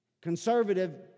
conservative